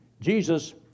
Jesus